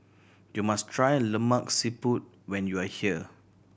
you must try Lemak Siput when you are here